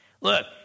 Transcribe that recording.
Look